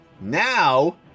Now